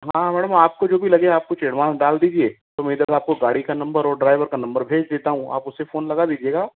हाँ मैडम आप को जो भी लगे आप कुछ एडवांस डाल दीजिए तो मैं इधर आपको गाड़ी का नंबर और ड्राइवर का नंबर भेज देता हूँ आप उसे फोन लगा लीजिएगा